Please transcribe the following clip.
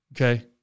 okay